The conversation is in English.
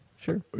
Sure